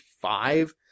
five